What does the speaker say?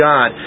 God